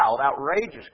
outrageous